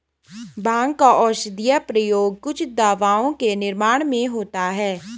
भाँग का औषधीय प्रयोग कुछ दवाओं के निर्माण में होता है